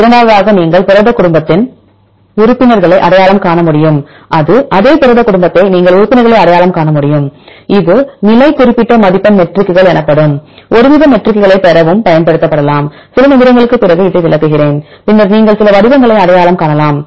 இரண்டாவதாக நீங்கள் புரதக் குடும்பத்தின் உறுப்பினர்களை அடையாளம் காண முடியும் அதே அதே புரதக் குடும்பத்தை நீங்கள் உறுப்பினர்களை அடையாளம் காண முடியும் இது நிலை குறிப்பிட்ட மதிப்பெண் மெட்ரிக்குகள் எனப்படும் ஒருவித மெட்ரிக்குகளைப் பெறவும் பயன்படுத்தப்படலாம் சில நிமிடங்களுக்குப் பிறகு இதை விளக்குகிறேன் பின்னர் நீங்கள் சில வடிவங்களை அடையாளம் காணலாம்